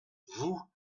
vous